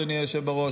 אדוני היושב בראש,